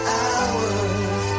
hours